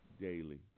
daily